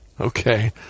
Okay